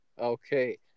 Okay